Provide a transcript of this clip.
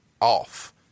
off